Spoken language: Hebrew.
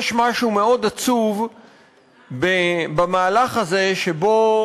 יש משהו מאוד עצוב במהלך הזה שבו